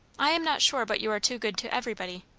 i am not sure but you are too good to everybody.